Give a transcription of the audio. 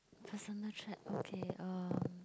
personal trait okay um